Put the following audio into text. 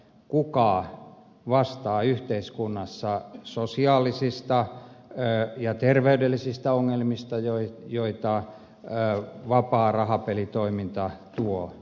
kuka vastaa yhteiskunnassa sosiaalisista ja terveydellisistä ongelmista joita vapaa rahapelitoiminta tuo